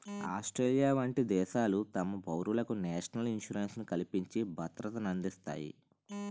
Australia వంట దేశాలు తమ పౌరులకు నేషనల్ ఇన్సూరెన్స్ ని కల్పించి భద్రతనందిస్తాయి